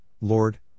Lord